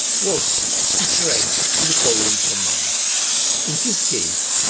what it read to the following command in this case,